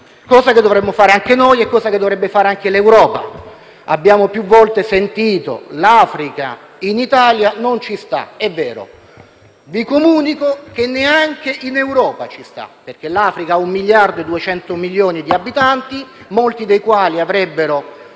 cosa che dovremmo fare anche noi e cosa che dovrebbe fare l'Europa. Abbiamo più volte sentito dire che l'Africa in Italia non ci sta. È vero. Vi comunico che neanche in Europa ci sta, perché l'Africa ha un miliardo e 200 milioni di abitanti, molti dei quali avrebbero